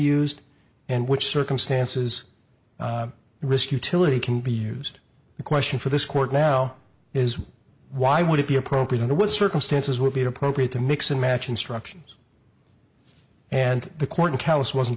used and which circumstances risk utility can be used the question for this court now is why would it be appropriate under what circumstances would be appropriate to mix and match instructions and the court house wasn't